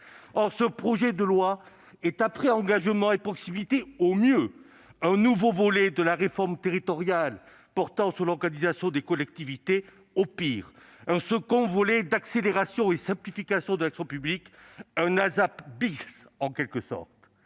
Ce projet de loi est, après la loi Engagement et proximité, au mieux un nouveau volet de la réforme territoriale portant sur l'organisation des collectivités, au pire un second volet de la loi Accélération et simplification de l'action publique, un ASAP, en quelque sorte.